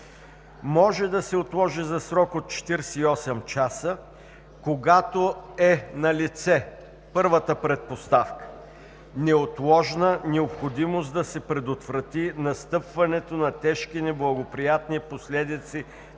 може да се отложи за срок от 48 часа, когато е налице първата предпоставка – неотложна необходимост да се предотврати настъпването на тежки неблагоприятни последици